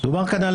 דובר כאן על